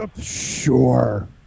Sure